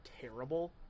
terrible